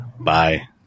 Bye